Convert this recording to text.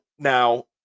Now